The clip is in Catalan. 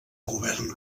govern